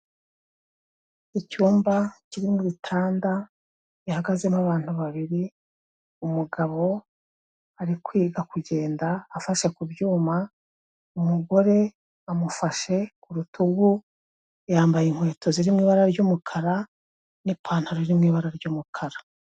Icyumba kirimo ibitanda gihagazemo abantu babiri, umugabo ari kwiga kugenda afashe ku byuma, umugore amufashe ku rutugu, yambaye inkweto ziri mu ibara ry'umukara n'ipantaro iri mu ibara ry'umukara.